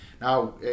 Now